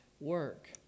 work